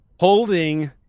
Holding